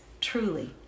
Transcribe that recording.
truly